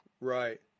Right